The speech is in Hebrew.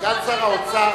סגן שר האוצר,